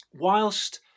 whilst